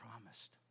promised